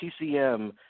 TCM